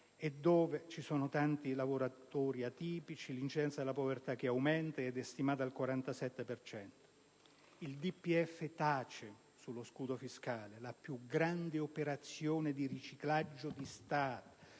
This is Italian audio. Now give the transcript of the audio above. i quali ci sono tanti lavoratori atipici. L'incidenza della povertà, che è in aumento, è stimata al 47 per cento. Il DPEF tace sullo scudo fiscale, la più grande operazione di riciclaggio di Stato,